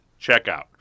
checkout